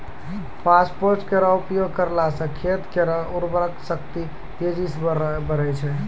phosphate केरो उपयोग करला सें खेत केरो उर्वरा शक्ति तेजी सें बढ़ै छै